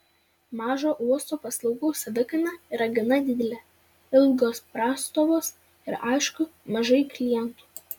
mažo uosto paslaugų savikaina yra gana didelė ilgos prastovos ir aišku mažai klientų